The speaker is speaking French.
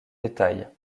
détails